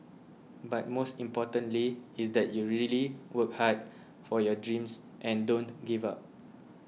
but most importantly is that you really work hard for your dreams and don't give up